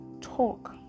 talk